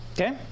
Okay